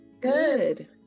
Good